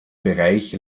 bereich